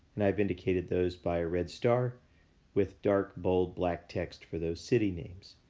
and i've indicated those by a red star with dark bold black text for those city names.